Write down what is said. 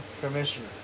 commissioner